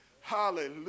hallelujah